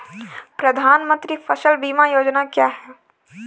प्रधानमंत्री फसल बीमा योजना क्या है?